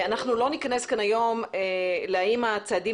אנחנו לא ניכנס כאן היום ונשאל האם הצעדים